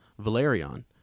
Valerion